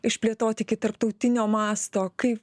išplėtoti iki tarptautinio masto kaip